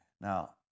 Now